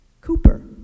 Cooper